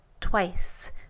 twice